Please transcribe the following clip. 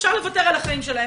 אפשר לוותר על החיים שלהם,